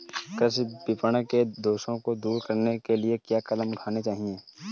कृषि विपणन के दोषों को दूर करने के लिए क्या कदम उठाने चाहिए?